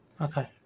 Okay